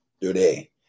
today